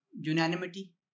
unanimity